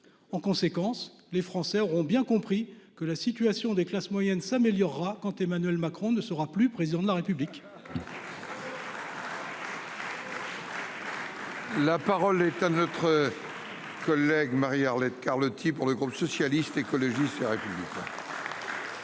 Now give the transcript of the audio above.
En conséquence, les Français auront bien compris que la situation des classes moyennes s'améliorera quand Emmanuel Macron ne sera plus président de la République. La parole est à neutre. Collègue Marie-Arlette Carlotti pour le groupe socialiste écologiste. Merci